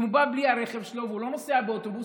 אם הוא בא בלי הרכב שלו והוא לא נוסע באוטובוס?